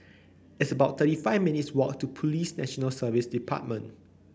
it's about thirty five minutes' walk to Police National Service Department